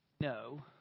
No